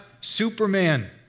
Superman